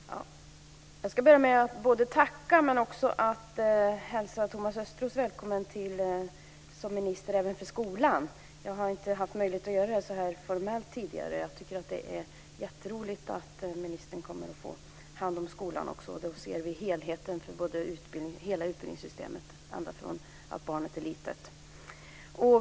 Fru talman! Jag ska börja med att både tacka men också att hälsa Thomas Östros välkommen som minister även för skolan. Jag har inte haft möjlighet att göra det formellt tidigare. Det är jätteroligt att ministern kommer att ha hand om skolan. Då kan vi se helheten i utbildningssystemet ända från det att barnet är litet.